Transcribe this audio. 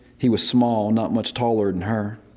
he was small, not much taller than her.